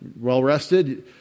well-rested